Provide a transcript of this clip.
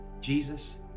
Jesus